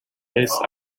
lace